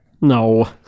No